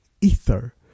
ether